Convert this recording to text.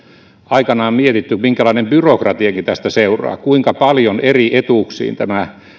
aikoinaan mietitty minkälainen byrokratiakin tästä seuraa ja kuinka paljon eri etuuksiin tämä